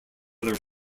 their